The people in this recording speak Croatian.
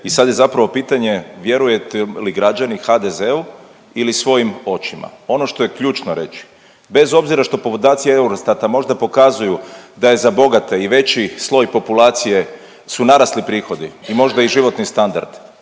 i sad je zapravo pitanje vjerujete li, građani, HDZ-u ili svojim očima. Ono što je ključno reći, bez obzira što podaci Eurostata možda pokazuju da je za bogate i veći sloj populacije su narasli prihodi i možda i životni standard,